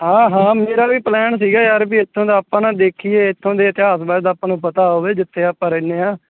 ਹਾਂ ਹਾਂ ਮੇਰਾ ਵੀ ਪਲੈਨ ਸੀਗਾ ਯਾਰ ਵੀ ਇੱਥੋਂ ਦਾ ਆਪਾਂ ਨਾ ਦੇਖੀਏ ਇੱਥੋਂ ਦੇ ਇਤਿਹਾਸ ਬਾਰੇ ਦਾ ਆਪਾਂ ਨੂੰ ਪਤਾ ਹੋਵੇ ਜਿੱਥੇ ਆਪਾਂ ਰਹਿੰਦੇ ਹਾਂ